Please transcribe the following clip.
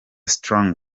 strong